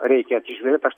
reikia atsižvelgt aš